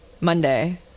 Monday